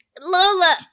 Lola